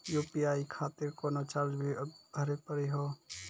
UPI खातिर कोनो charge भी भरी पड़ी हो?